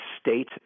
state